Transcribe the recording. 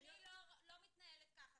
אני לא מתנהלת ככה.